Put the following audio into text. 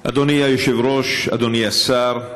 אדוני היושב-ראש, אדוני השר,